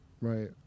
Right